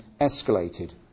escalated